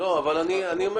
אני אומר